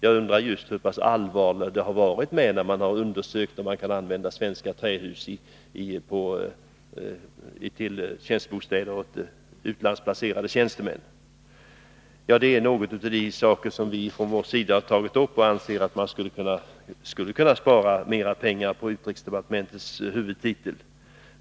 Jag undrar just hur pass allvarligt man har undersökt om det är möjligt att använda svenska trähus till tjänstebostäder åt utlandsplacerade tjänstemän. Detta är några saker som vi har tagit upp därför att vi anser att man borde kunna spara mera pengar på utrikesdepartementets huvudtitel.